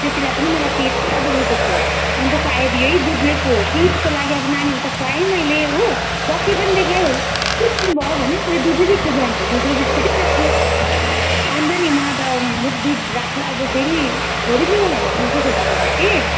त्यति बेला पनि मलाई पेट पुरा दुखेको थियो अनि त सायद यही दुधले पो हो कि जस्तो लाग्यो अब नानीलाई त खुवाएँ मैले हो डक्टर पनि देखाएँ के दिनुभयो भने मैले दुधै दिएको थिएँ बिहान त दुध र बिस्कुटै खाएको थियो अनि त नि मलाई त म त राख्न अब फेरि छोडिदिऊँ भनेर सोच्दै थिएँ तपाईँको कि